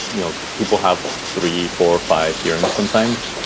you know, people have three, four or five hearings sometimes.